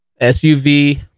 SUV